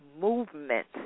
movement